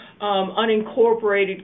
unincorporated